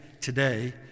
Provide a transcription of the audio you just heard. today